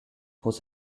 was